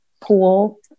pool